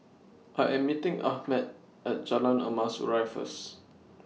I Am meeting Ahmed At Jalan Emas Urai First